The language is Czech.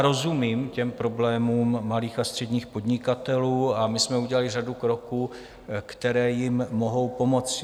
Rozumím problémům malých a středních podnikatelů a my jsme udělali řadu kroků, které jim mohou pomoci.